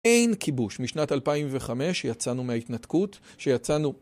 אין כיבוש משנת 2005, שיצאנו מההתנתקות, שיצאנו